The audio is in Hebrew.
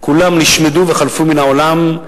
כולם נשמדו וחלפו מן העולם,